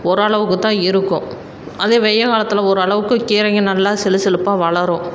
ஒரளவுக்கு தான் இருக்கும் அதே வெய்யல் காலத்தில் ஒரளவுக்கு கீரைங்கள் நல்லா சிலு சிலுப்பாக வளரும்